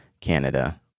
Canada